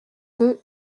peu